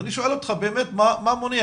ואני שואל אותך באמת מה מונע,